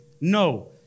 No